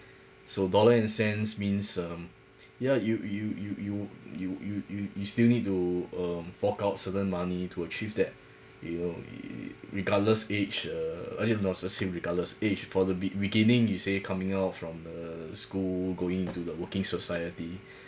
so dollar and cents means um ya you you you you you you you you still need to um fork out certain money to achieve that you know regardless age uh regardless age for the be~ beginning you say coming out from the school going into the working society